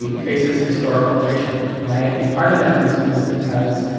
um faces historical erasure, right? and part of that reason is because,